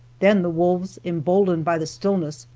then the wolves emboldened by the stillness,